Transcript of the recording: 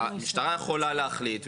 המשטרה יכולה להחליט,